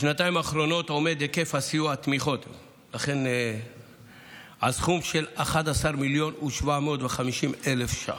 בשנתיים האחרונות עומד היקף הסיוע בתמיכות על סכום של 11,750,000 ש"ח,